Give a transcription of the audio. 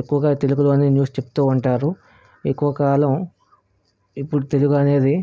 ఎక్కువగా తెలుగులో న్యూస్ చెప్తు ఉంటారు ఎక్కువ కాలం ఇపుడు తెలుగు అనేది